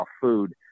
food